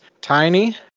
tiny